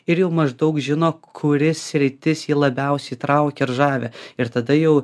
ir jau maždaug žino kuri sritis jį labiausiai traukia ir žavi ir tada jau